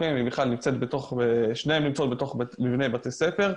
שתיהן נמצאות בתוך מבני בתי ספר.